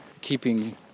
keeping